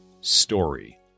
story